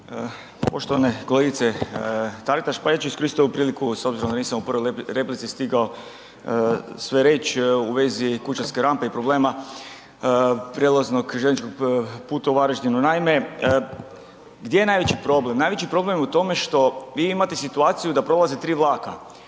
Poštovana kolegica Taritaš pa ja ću iskoristiti ovu priliku s obzirom da nisam u prvoj replici stigao sve reći u vezi Kućanske rampe i problema prijelaznog željezničkog puta u Varaždinu. Naime, gdje je najveći problem? Najveći problem je u tome što vi imate situaciju da prolaze 3 vlaka,